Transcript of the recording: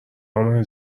امنه